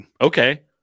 okay